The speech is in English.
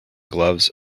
gloves